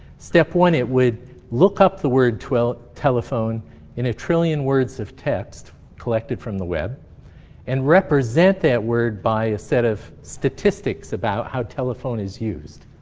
step one, it would look up the word telephone in a trillion words of text collected from the web and represent that word by a set of statistics about how telephone is used.